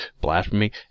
blasphemy